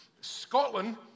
Scotland